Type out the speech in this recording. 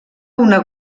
una